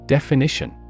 Definition